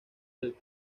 del